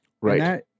Right